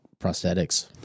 prosthetics